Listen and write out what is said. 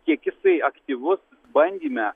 kiek jisai aktyvus bandyme